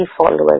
followers